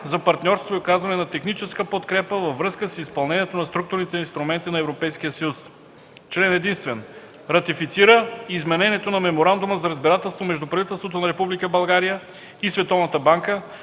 за партньорство и оказване на техническа подкрепа във връзка с изпълнението на структурните инструменти на Европейския съюз Член единствен. Ратифицира изменението на Меморандума за разбирателство между правителството на Република